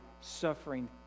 suffering